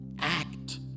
act